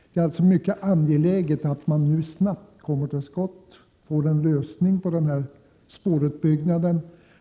Det är alltså mycket angeläget att man nu snabbt kommer till skott och får en lösning på frågan om spårutbyggnad.